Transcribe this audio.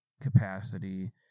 capacity